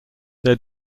their